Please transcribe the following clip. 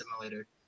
Simulator